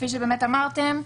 כפי שאמרתם,